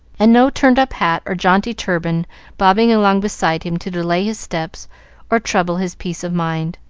and no turned-up hat or jaunty turban bobbing along beside him to delay his steps or trouble his peace of mind.